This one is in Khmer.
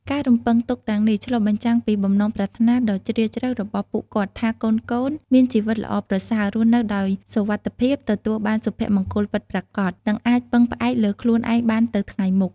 ការរំពឹងទុកទាំងនេះឆ្លុះបញ្ចាំងពីបំណងប្រាថ្នាដ៏ជ្រាលជ្រៅរបស់ពួកគាត់ថាកូនៗ មានជីវិតល្អប្រសើរ រស់នៅដោយសុវត្ថិភាព ទទួលបានសុភមង្គលពិតប្រាកដ និងអាចពឹងផ្អែកលើខ្លួនឯងបានទៅថ្ងៃមុខ។